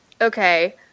Okay